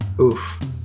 oof